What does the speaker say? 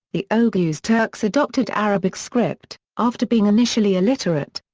the oghuz turks adopted arabic script, after being initially illiterate.